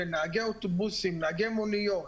שנהגי אוטובוסים, נהגי מוניות